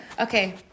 Okay